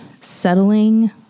settling